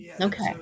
Okay